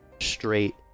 straight